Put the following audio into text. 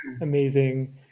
amazing